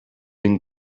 den